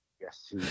yes